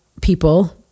people